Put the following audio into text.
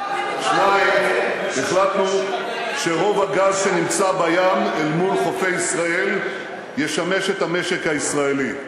2. החלטנו שרוב הגז שנמצא בים אל מול חופי ישראל ישמש את המשק הישראלי,